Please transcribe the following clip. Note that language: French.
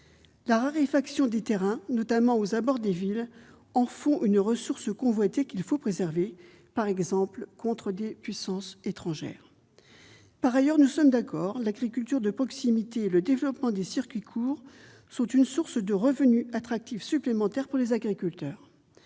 La raréfaction des terrains, notamment aux abords des villes, en fait une ressource convoitée qu'il faut préserver, par exemple contre les appétits de puissances étrangères. Par ailleurs, l'agriculture de proximité et le développement des circuits courts sont une source de revenus supplémentaires pour les agriculteurs.